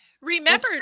Remember